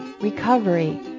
recovery